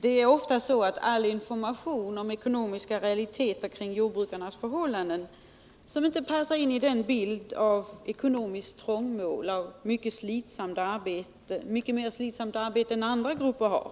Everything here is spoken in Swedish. Det är ofta så att all information om ekonomiska realiteter kring jordbrukarnas förhållanden, som inte passar in i den bild av ekonomiskt trångmål, av mycket mer slitsamt arbete än andra grupper har,